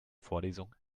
vorlesung